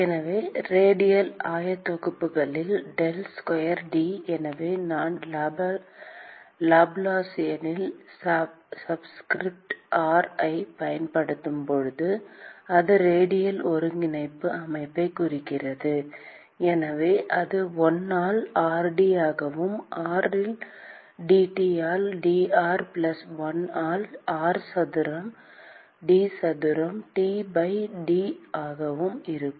எனவே ரேடியல் ஆயத்தொகுப்புகளில் del square T எனவே நான் லாப்லாசியனில் சப்ஸ்கிரிப்ட் r ஐப் பயன்படுத்தும்போது அது ரேடியல் ஒருங்கிணைப்பு அமைப்பைக் குறிக்கிறது எனவே அது 1 ஆல் rd ஆகவும் r ல் dT ஆல் dr பிளஸ் 1 ஆல் r சதுரம் d சதுரம் T by d ஆகவும் இருக்கும்